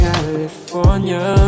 California